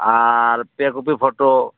ᱟᱨ ᱯᱮ copy photo